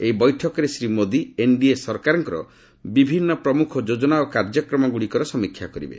ଏହି ବୈଠକରେ ଶ୍ରୀ ମୋଦି ଏନ୍ଡିଏ ସରକାରଙ୍କର ବିଭିନ୍ନ ପ୍ରମୁଖ ଯୋଜନା ଓ କାର୍ଯ୍ୟକ୍ରମ ଗୁଡ଼ିକର ସମୀକ୍ଷା କରିବେ